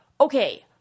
okay